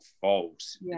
false